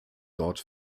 dort